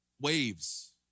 waves